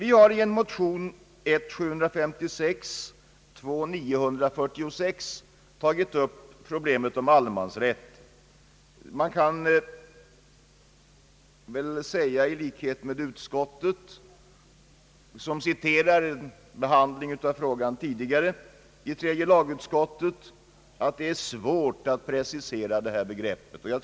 I en motion, nr 756 — likalydande med nr 946 i andra kammaren — har jag varit med om att ta upp problemet om allemansrätten. Utskottet citerar den behandling av frågan som tidigare ägt rum i tredje lagutskottet och säger att det är svårt att precisera begreppet.